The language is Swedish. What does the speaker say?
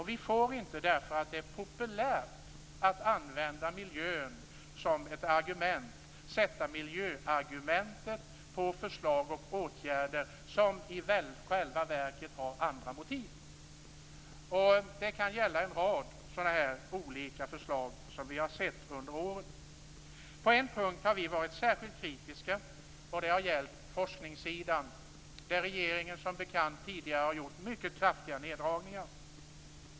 Vi får inte, därför att det är populärt att använda miljön som ett argument, använda miljöargumentet på förslag och åtgärder som i själva verket har andra motiv. Det kan gälla en rad olika förslag som vi har sett under åren. På en punkt har vi varit särskilt kritiska. Det har gällt forskningssidan där regeringen som bekant tidigare har gjort mycket kraftiga neddragningar.